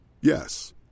Yes